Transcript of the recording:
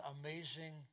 amazing